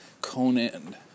Conan